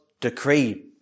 decree